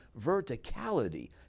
verticality